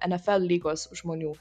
nfl lygos žmonių